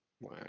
Wow